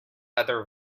other